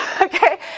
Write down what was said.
okay